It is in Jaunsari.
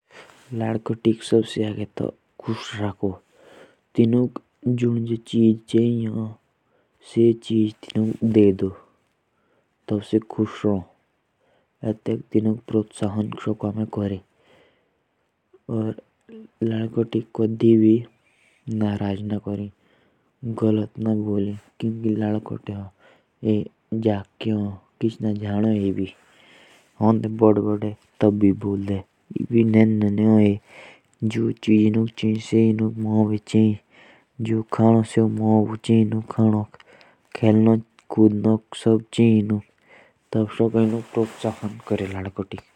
जो बच्चे होते ह ना उने खुश करने के लिए न पहले तो उन्हें जो चीज चाहिए वो दिलानी चाहिए। और उन्हें बुरा भला नहीं बोलना चाहिए।